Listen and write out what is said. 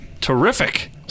terrific